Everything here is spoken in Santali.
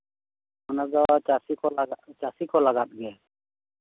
ᱚᱱᱟ ᱫᱚ ᱪᱟᱹᱥᱤ ᱪᱟᱹᱥᱤ ᱠᱚ ᱞᱟᱜᱟᱫ ᱜᱮ